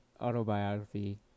autobiography